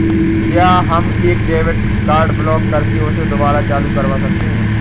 क्या हम एक डेबिट कार्ड ब्लॉक करके उसे दुबारा चालू करवा सकते हैं?